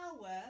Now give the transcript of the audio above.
power